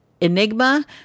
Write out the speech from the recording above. Enigma